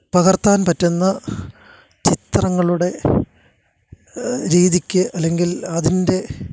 പകര്ത്താന് പറ്റുന്ന ചിത്രങ്ങളുടെ രീതിക്ക് അല്ലെങ്കില് അതിന്റെ